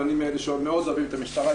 ואני מאלה שמאוד אוהבים את המשטרה,